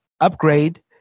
upgrade